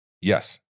Yes